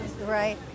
Right